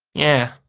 yeah,